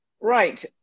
Right